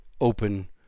open